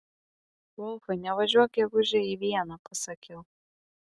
volfai nevažiuok gegužę į vieną pasakiau